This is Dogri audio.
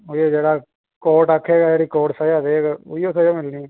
ते एह् जेह्का कोर्ट कोर्ट डणधङईऊ़ सज़ा देग उऐ मिलनी